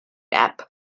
app